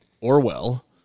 Orwell